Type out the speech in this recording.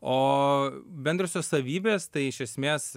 o bendrosios savybės tai iš esmės